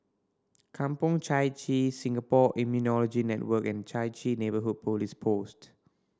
Kampong Chai Chee Singapore Immunology Network and Chai Chee Neighbourhood Police Post